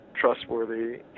trustworthy